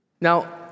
Now